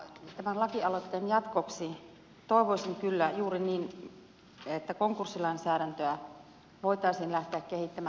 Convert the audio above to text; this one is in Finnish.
tämän lakialoitteen jatkoksi toivoisin kyllä juuri niin että konkurssilainsäädäntöä voitaisiin lähteä kehittämään